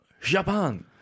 japan